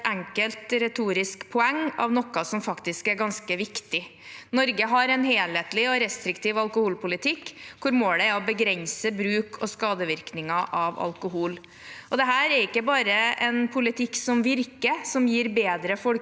enkelt retorisk poeng av noe som faktisk er ganske viktig. Norge har en helhetlig og restriktiv alkoholpolitikk, hvor målet er å begrense bruk og skadevirkninger av alkohol. Dette er ikke bare en politikk som virker, som gir bedre folkehelse,